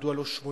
מדוע לא 71?